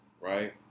right